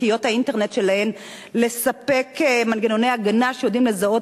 ספקיות האינטרנט שלהן לספק מנגנוני הגנה שיודעים לזהות